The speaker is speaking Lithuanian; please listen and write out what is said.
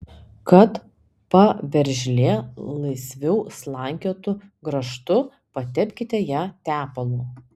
kad poveržlė laisviau slankiotų grąžtu patepkite ją tepalu